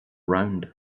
round